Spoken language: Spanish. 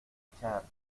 echar